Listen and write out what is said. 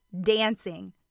dancing